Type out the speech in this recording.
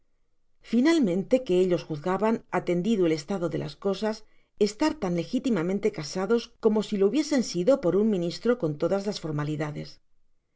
finalmente que ellos juzgaban atendido el estado de las cosas estar tan legitimamente casados como si lo hubiesen sido por un ministro con todas las formalidades